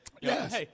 Yes